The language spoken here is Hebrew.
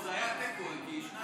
זה היה תיקו, כי שניים,